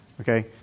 Okay